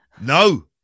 No